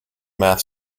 math